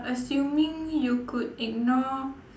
assuming you could ignore